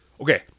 Okay